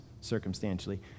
circumstantially